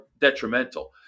detrimental